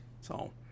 so-